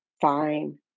fine